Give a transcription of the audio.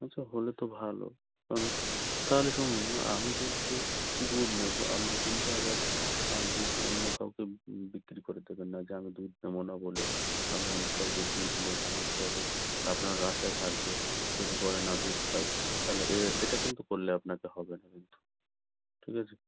আচ্ছা হলে তো ভালো কারণ তাহলে শুনুন আমি কিন্তু দুধ নেব আপনি কিন্তু আবার দুধ অন্য কাউকে বিক্রি করে দেবেন না যে আমি দুধ নেব না বলে আপনি অন্য কাউকে দিয়ে দিলেন আমি পরে আপনার আশায় থাকব যদি পরে না দুধ পাই তাহলে এটা কিন্তু করলে আপনাকে হবে না কিন্তু ঠিক আছে